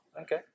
Okay